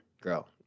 girl